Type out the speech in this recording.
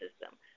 system